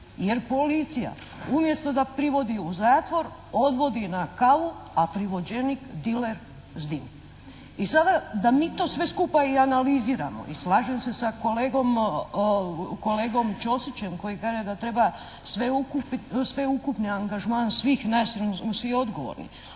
jer policija umjesto da privodi u zatvor, odvodi na kavu a privođenik, diler zdimi, i sada da mi to sve skupa i analiziramo. I slažem se sa kolegom Ćosićem, koji kaže da treba sveukupni angažman svih nas jer smo svi odgovorni,